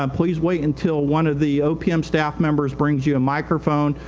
um please wait until one of the opm staff members brings you microphone.